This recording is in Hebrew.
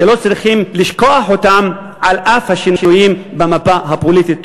שלא צריכים לשכוח אותם על אף השינויים במפה הפוליטית.